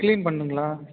clean பண்ணுங்களா